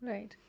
Right